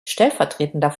stellvertretender